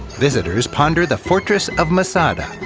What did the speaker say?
visitors ponder the fortress of masada.